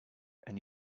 and